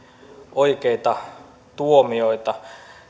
oikeita tuomioita